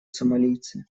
сомалийцы